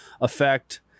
effect